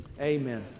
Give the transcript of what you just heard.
amen